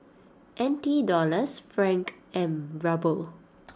N T Dollars Franc and Ruble